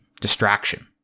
distraction